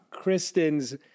Kristen's